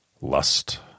Lust